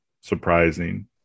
surprising